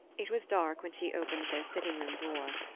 it was dark when she opened their sitting-room door.